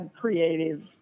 creative